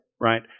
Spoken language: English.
right